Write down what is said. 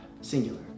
Singular